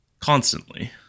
constantly